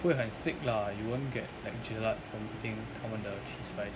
不会很 sick lah you won't get like jelak from eating 他们的 cheese fries